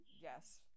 yes